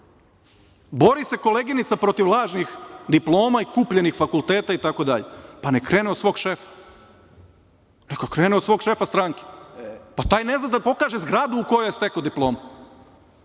se koleginica protiv lažnih diploma i kupljenih fakulteta itd, pa neka krene od svog šefa, neka krene od svog šefa stranke. Pa, taj ne zna da pokaže zgradu u kojoj je stekao diplomu,